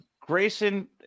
Grayson